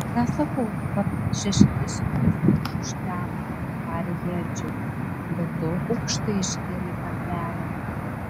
nesakau kad šešiasdešimties kartų užteko tarė ji edžiui bet tu aukštai iškėlei kartelę